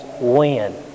win